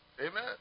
Amen